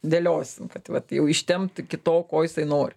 dėliosim kad vat jau ištempt iki to ko jisai nori